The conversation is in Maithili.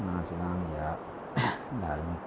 नाच गान या धार्मिक